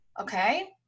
okay